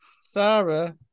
Sarah